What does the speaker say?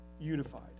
unified